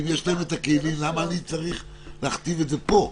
אם יש לנו את הכלים למה אני צריך להכתיב את זה פה?